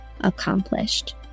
accomplished